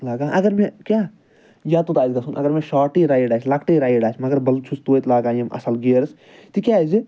لَگان اَگر مےٚ کیٛاہ یوٚتَتھ آسہِ گژھُن اَگر مےٚ شوارٹٕے رایِڈ آسہِ لۄکٔٹٕے رایِڈ آسہِ مَگر بہٕ چھُس توتہِ لاگان یِم اصٕل گِیرٕز تِکیٛازِ